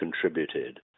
contributed